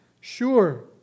Sure